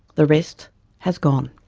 the rest has gone.